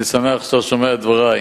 אני שמח שאתה שומע את דברי.